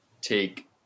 take